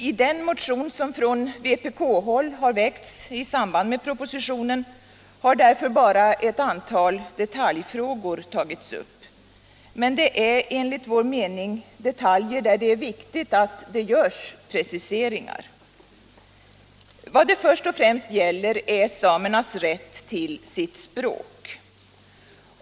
I den motion som från vpk-håll har väckts i samband med propositionen har därför bara ett antal detaljfrågor tagits upp. men det är enligt vår uppfattning detaljer där det är viktigt att det görs prioriteringar. Vad det först och främst gäller är samernas rätt till sitt språk.